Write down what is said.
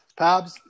Pabs